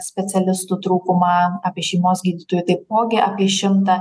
specialistų trūkumą apie šeimos gydytojų taipogi apie šimtą